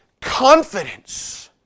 confidence